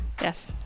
Yes